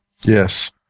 Yes